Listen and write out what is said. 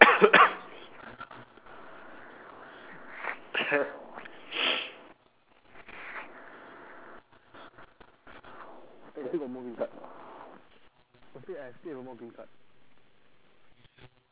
eh still got more green card I still I still got more green card